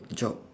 job